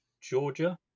Georgia